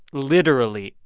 literally,